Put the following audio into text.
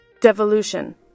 Devolution